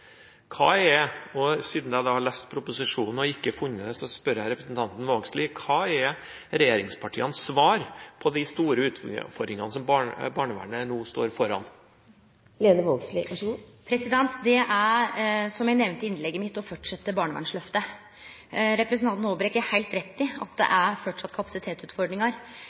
Hva er regjeringspartienes svar på de store utfordringene som barnevernet nå står foran? Det er, som eg nemnde i innlegget mitt, å fortsetje barnevernsløftet. Representanten Håbrekke har heilt rett i at det framleis er